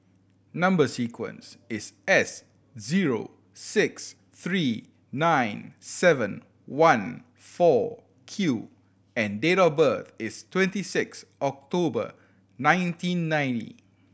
number sequence is S zero six three nine seven one four Q and date of birth is twenty six October nineteen ninety